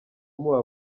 muba